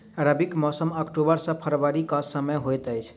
रबीक मौसम अक्टूबर सँ फरबरी क समय होइत अछि